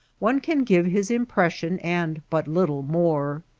one can give his impression and but little more.